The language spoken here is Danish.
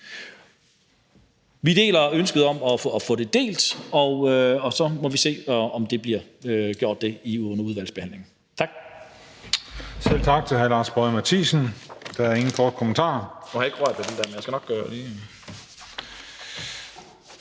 Vi deler ønsket om at få det delt, og så må vi se, om der bliver gjort det, under udvalgsbehandlingen. Tak.